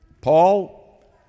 Paul